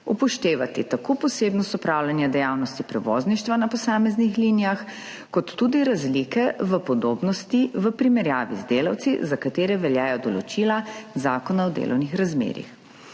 upoštevati tako posebnost opravljanja dejavnosti prevozništva na posameznih linijah kot tudi razlike v podobnosti v primerjavi z delavci, za katere veljajo določila Zakona o delovnih razmerjih.